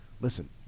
listen